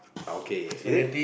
okay is it